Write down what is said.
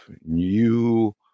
new